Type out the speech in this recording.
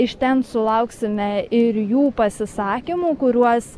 iš ten sulauksime ir jų pasisakymų kuriuos